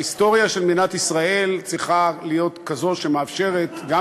ההיסטוריה של מדינת ישראל צריכה להיות כזו שמאפשרת גם